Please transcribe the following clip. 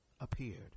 appeared